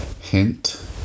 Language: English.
Hint